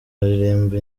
aririmba